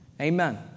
Amen